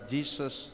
Jesus